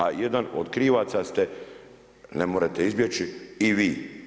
A jedan od krivaca ste, ne morete izbjeći i vi.